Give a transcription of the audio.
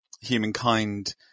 humankind